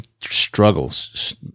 struggles